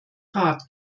rat